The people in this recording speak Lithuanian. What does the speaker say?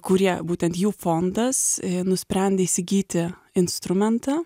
kurie būtent jų fondas nusprendė įsigyti instrumentą